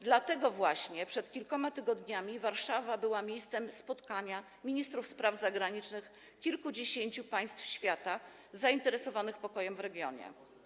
Dlatego właśnie przed kilkoma tygodniami Warszawa była miejscem spotkania ministrów spraw zagranicznych kilkudziesięciu państw świata zainteresowanych pokojem w regionie.